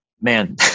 Man